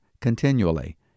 Continually